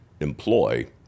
employ